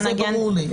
זה ברור לי.